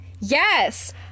Yes